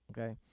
okay